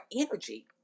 energy